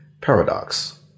Paradox